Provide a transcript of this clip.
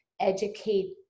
educate